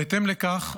בהתאם לכך,